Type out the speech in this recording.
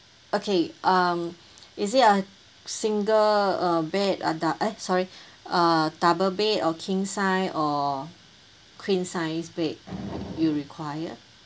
okay um is it a single uh bed a dou~ eh sorry a double bed or king size or queen size bed you require